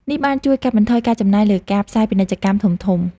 នេះបានជួយកាត់បន្ថយការចំណាយលើការផ្សាយពាណិជ្ជកម្មធំៗ។